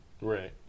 Right